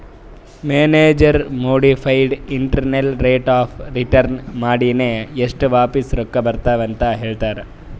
manager modified internal rate of return ಮಾಡಿನೆ ಎಸ್ಟ್ ವಾಪಿಸ್ ರೊಕ್ಕಾ ಬರ್ತಾವ್ ಅಂತ್ ಹೇಳ್ತಾರ್